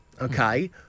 okay